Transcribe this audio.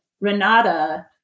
Renata